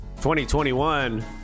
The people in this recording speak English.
2021